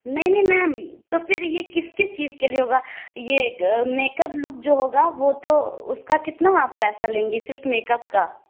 نہیں نہیں میم تو پھر یہ کس کس چیز کے لیے ہوگا یہ میک اپ لک جو ہوگا وہ تو اُس کا کتنا آپ پیسہ لیں گی صرف میک اپ کا